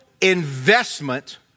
investment